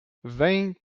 vingt